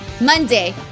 Monday